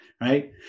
right